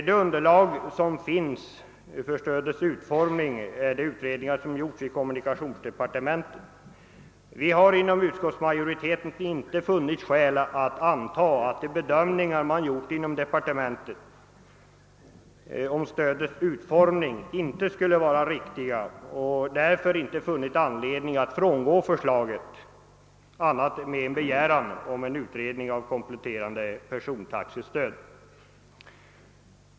Det underlag som finns för stödets utformning är de utredningar som gjorts i kommunikationsdepartementet. Utskottsmajoriteten har inte funnit skäl anta att de bedömningar man gjort inom departementet när det gäller stödets utformning inte skulle vara riktiga. Vi har därför inte funnit anledning att frångå förslaget annat än så till vida att vi begär en utredning av kompletterande persontaxestöd.